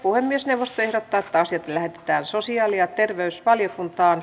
puhemiesneuvosto ehdottaa että asia lähetetään sosiaali ja terveysvaliokuntaan